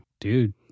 Dude